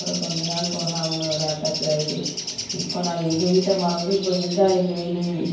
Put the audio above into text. அப்புறம் கொஞ்சம் நாள் போக அவங்களோட அட்டேச்சிடு ஆகிட்டு இப்போ நான் எங்கள் வீட்டை மறந்து இப்போ இது தான் எங்கள் வீடு